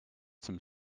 some